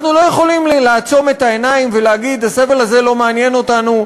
אנחנו לא יכולים לעצום את העיניים ולהגיד: הסבל הזה לא מעניין אותנו,